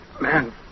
Man